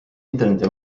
interneti